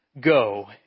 go